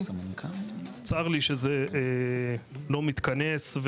צר לי שזה לא מתכנס,